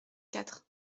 quatre